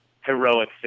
heroic